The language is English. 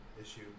issue